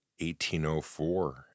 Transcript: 1804